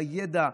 בידע,